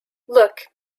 look